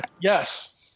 Yes